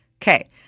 okay